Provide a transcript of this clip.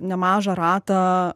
nemažą ratą